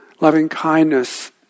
loving-kindness